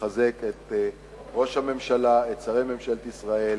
לחזק את ראש הממשלה ואת שרי ממשלת ישראל.